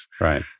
Right